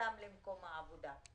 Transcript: קליטתם במקומות העבודה.